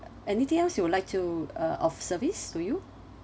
anything else you would like to uh of service to you